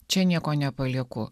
čia nieko nepalieku